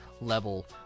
level